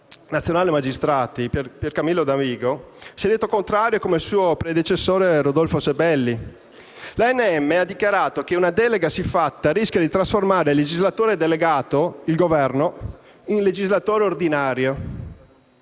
nazionale magistrati, Piercamillo Davigo, si è detto contrario, come il suo predecessore Rodolfo Sabelli. L'ANM ha dichiarato che «una delega siffatta rischia di trasformare il legislatore delegato» - il Governo - «in legislatore ordinario»